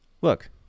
look